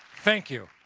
thank you.